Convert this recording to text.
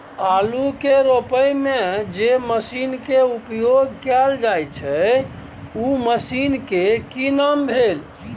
आलू के रोपय में जे मसीन के उपयोग कैल जाय छै उ मसीन के की नाम भेल?